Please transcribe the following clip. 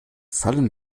fallen